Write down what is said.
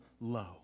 low